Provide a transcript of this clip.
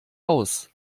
aus